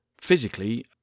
Physically